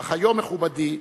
אך היום, מכובדי,